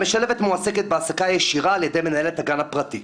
המשלבת מועסקת בהעסקה ישירה על ידי מנהלת הגן הפרטי.